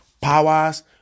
powers